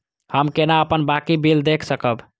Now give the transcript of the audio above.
हम केना अपन बाँकी बिल देख सकब?